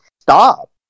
stop